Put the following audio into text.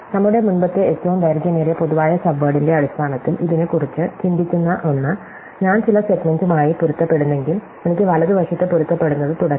നമ്മുടെ മുമ്പത്തെ ഏറ്റവും ദൈർഘ്യമേറിയ പൊതുവായ സബ്വേഡിന്റെ അടിസ്ഥാനത്തിൽ ഇതിനെക്കുറിച്ച് ചിന്തിക്കുന്ന ഒന്ന് ഞാൻ ചില സെഗ്മെന്റുമായി പൊരുത്തപ്പെടുന്നെങ്കിൽ എനിക്ക് വലതുവശത്ത് പൊരുത്തപ്പെടുന്നത് തുടരാം